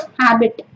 habit